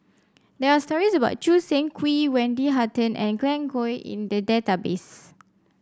there are stories about Choo Seng Quee Wendy Hutton and Glen Goei in the database